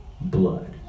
blood